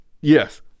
Yes